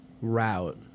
route